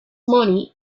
money